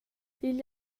igl